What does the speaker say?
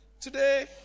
Today